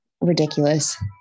ridiculous